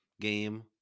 game